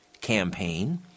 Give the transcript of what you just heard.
campaign